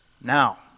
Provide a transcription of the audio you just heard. Now